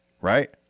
Right